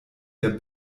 der